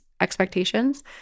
expectations